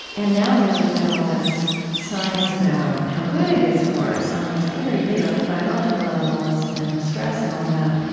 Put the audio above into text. and now there's even all this science about how good it is for us on these very basic biological levels and stress and all of that.